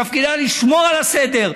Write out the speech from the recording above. שתפקידה לשמור על הסדר,